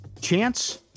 Chance